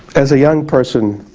as a young person,